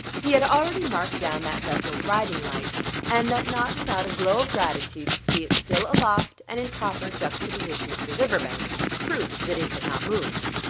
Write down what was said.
he had already marked down that vessel's riding-light and that not without a glow of gratitude to see it still aloft and in proper juxtaposition to the river-bank proof that it had not moved.